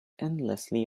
endlessly